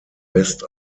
west